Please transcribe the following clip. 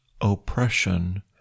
oppression